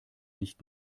nicht